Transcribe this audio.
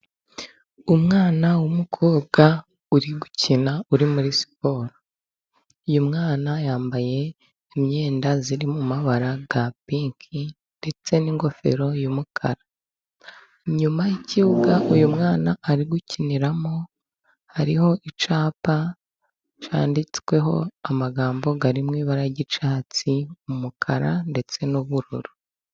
Umwana w'umukobwa uri gukina, uri muri siporo. Uyu mwana yambaye imyenda iri mu mabara ya pinki, ndetse n'ingofero y'umukara. Inyuma y'ikibuga uyu mwana ari gukiniramo hariho icyapa cyaditsweho amagambo ar mu ibara ry'icyatsi, umukara ndetse n'ubururu.